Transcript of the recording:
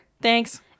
Thanks